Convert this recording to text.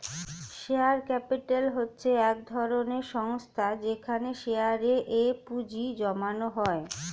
share capital হচ্ছে এক ধরনের সংস্থা যেখানে শেয়ারে এ পুঁজি জমানো হয়